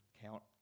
count